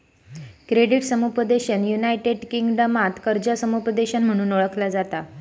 credit समुपदेशन United किंगडमात कर्जा समुपदेशन म्हणून ओळखला जाता